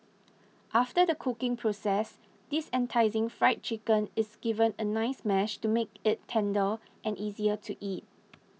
after the cooking process this enticing Fried Chicken is given a nice mash to make it tender and easier to eat